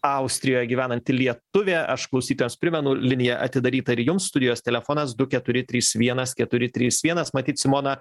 austrijoj gyvenanti lietuvė aš klausytojams primenu linija atidaryta ir jums studijos telefonas du keturi trys vienas keturi trys vienas matyt simona